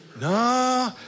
No